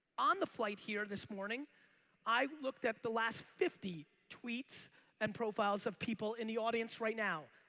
on the flight here this morning i looked at the last fifty tweets and profiles of people in the audience right now.